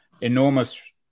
enormous